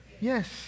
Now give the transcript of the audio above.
Yes